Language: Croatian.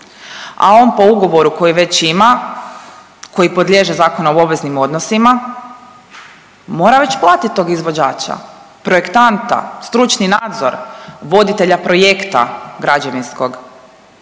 a on po ugovoru koji već ima koji podliježe Zakonu o obveznim odnosima, mora već platiti tog izvođača, projektanta, stručni nadzor, voditelja projekta građevinskog